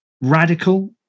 radical